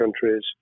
countries